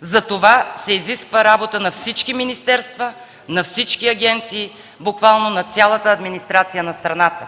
Затова се изисква работа на всички министерства, на всички агенции, буквално на цялата администрация на страната